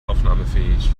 aufnahmefähig